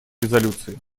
резолюции